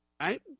Right